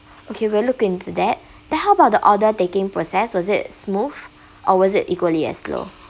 okay we'll looking in to that then how about the order taking process was it smooth or was it equally as slow